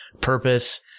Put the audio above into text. purpose